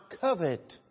covet